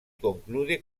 conclude